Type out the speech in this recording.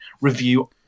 review